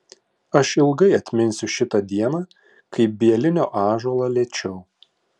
aš ilgai atminsiu šitą dieną kai bielinio ąžuolą liečiau